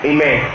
Amen